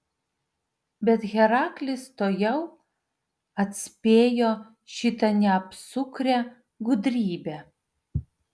bet heraklis tuojau atspėjo šitą neapsukrią gudrybę